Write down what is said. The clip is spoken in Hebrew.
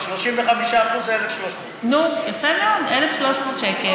35% זה 1,300. נו, יפה מאוד, 1,300 שקל.